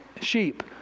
sheep